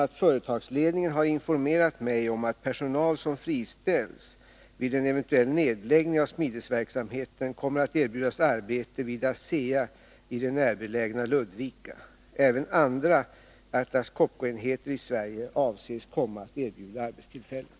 Är regeringen beredd att ingripa och förmå Atlas Copco att dra tillbaka planerna om en nedläggning av smedjan i Dalaverken i Smedjebacken, och av bolaget utkräva att antalet arbetstillfällen i kommunen förblir av minst samma omfattning som f. n.?